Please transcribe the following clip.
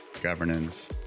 governance